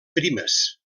primes